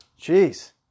Jeez